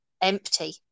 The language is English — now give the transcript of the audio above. empty